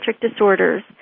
disorders